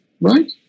right